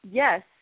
yes